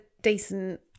decent